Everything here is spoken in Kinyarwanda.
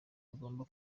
bigomba